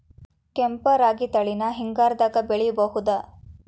ಕೆಂಪ ರಾಗಿ ತಳಿನ ಹಿಂಗಾರದಾಗ ಬೆಳಿಬಹುದ?